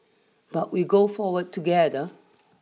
but we go forward together